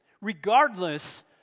regardless